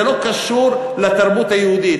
זה לא קשור לתרבות היהודית.